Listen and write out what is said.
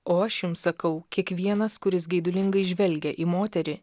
o aš jums sakau kiekvienas kuris geidulingai žvelgia į moterį